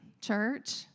church